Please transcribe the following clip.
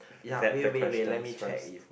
ya wait wait wait let me check if got